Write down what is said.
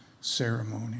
ceremony